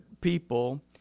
people